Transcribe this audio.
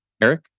Eric